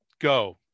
go